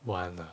one ah